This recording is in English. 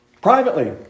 privately